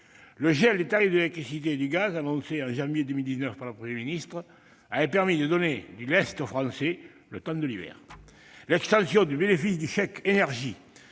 Le gel des tarifs de l'électricité et du gaz annoncé en janvier 2019 par le Premier ministre lui avait permis de lâcher du lest, le temps de l'hiver. L'extension du bénéfice du chèque énergie